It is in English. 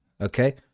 Okay